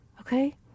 okay